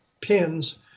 pins